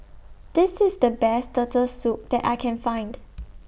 This IS The Best Turtle Soup that I Can Find